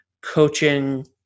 coaching